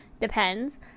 depends